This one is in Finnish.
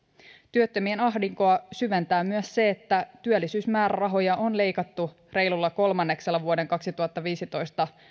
työttömien ahdinkoa syventää myös se että työllisyysmäärärahoja on leikattu reilulla kolmanneksella vuoden kaksituhattaviisitoista